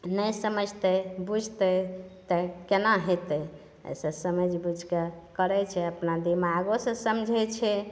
नहि समझतै बुझतै तऽ केना होयतै एहिसँ समझि बुझिके करैत छै अपना दिमागोसँ समझैत छै